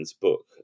book